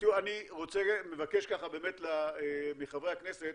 אני מבקש מחברי הכנסת,